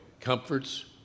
comforts